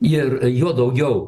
ir juo daugiau